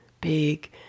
big